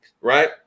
right